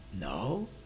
No